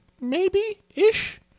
maybe-ish